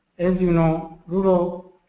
as you know, rural